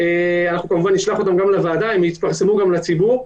אנחנו כמובן נשלח אותם גם לוועדה והם יתפרסמו גם לציבור.